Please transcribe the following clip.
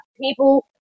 people